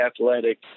athletic